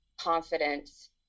confidence